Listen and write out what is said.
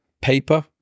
paper